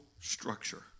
structure